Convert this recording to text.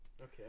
Okay